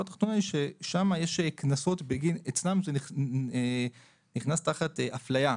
התחתונה היא שאצלם זה נכנס תחת אפליה.